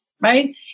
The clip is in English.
right